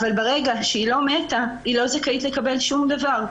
אבל ברגע שהיא לא מתה היא לא זכאית לקבל שום דבר.